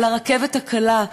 על הרכבת הקלה.